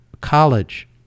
college